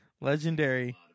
legendary